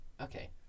Okay